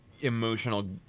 emotional